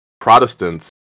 Protestants